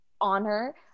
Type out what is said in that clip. honor